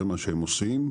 זה מה שהם עושים.